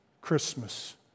Christmas